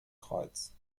kreuz